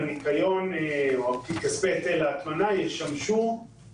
המטרה של כספי היטל ההטמנה היא להביא